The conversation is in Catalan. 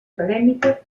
acadèmica